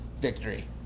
victory